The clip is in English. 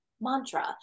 mantra